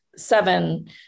Seven